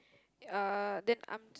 uh then I'm